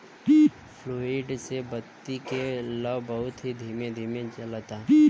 fluid से बत्ती के लौं बहुत ही धीमे धीमे जलता